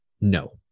no